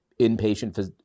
inpatient